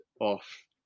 off